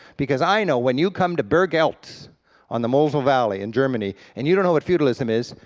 because i know when you come to burg eltz on the mosel valley in germany and you don't know what feudalism is,